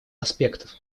аспектов